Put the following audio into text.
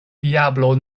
diablo